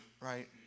Right